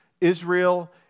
Israel